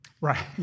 right